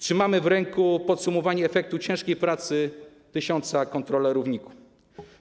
Trzymamy w ręku podsumowanie efektu ciężkiej pracy tysiąca kontrolerów NIK-u.